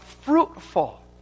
fruitful